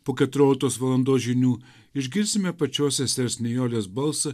po keturioliktos valandos žinių išgirsime pačios sesers nijolės balsą